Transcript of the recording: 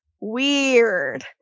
weird